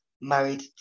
married